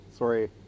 Sorry